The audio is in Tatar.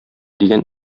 дигән